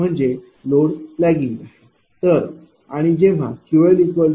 तर जेव्हा QL 0 आहे म्हणजे लोड लेगिंग आहे